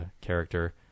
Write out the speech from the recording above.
character